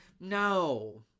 no